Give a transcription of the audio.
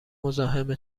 مزاحم